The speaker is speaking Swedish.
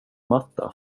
matta